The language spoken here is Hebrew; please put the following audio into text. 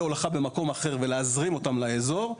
הולכה במקום אחר ולהזרים אותם לאזור,